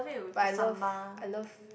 but I love I love